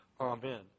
Amen